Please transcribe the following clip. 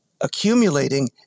accumulating